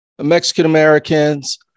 Mexican-Americans